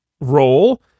role